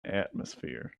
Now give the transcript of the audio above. atmosphere